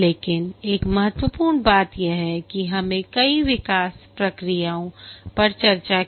लेकिन एक महत्वपूर्ण बात यह है कि हमने कई विकास प्रक्रियाओं पर चर्चा की